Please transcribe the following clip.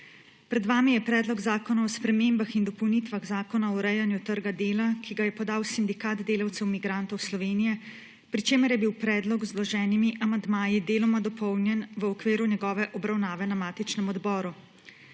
Pred vami je Predlog zakona o spremembah in dopolnitvah Zakona o urejanju trga dela, ki ga je podal Sindikat delavcev migrantov Slovenije, pri čemer je bil predlog z vloženimi amandmaji deloma dopolnjen v okviru njegove obravnave na matičnem odboru.